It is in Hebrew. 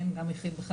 גם מכיל,